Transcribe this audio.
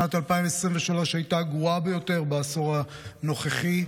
שנת 2023 הייתה הגרועה ביותר בעשור הנוכחי,